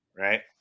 right